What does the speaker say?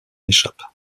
échappent